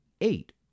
eight